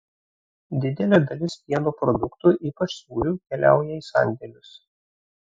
didelė dalis pieno produktų ypač sūrių keliauja į sandėlius